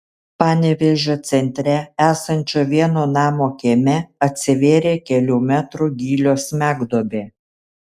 panevėžio centre esančio vieno namo kieme atsivėrė kelių metrų gylio smegduobė